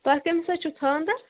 تۄہہِ کٔمِس حظ چھُو خانٛدر